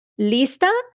¿Lista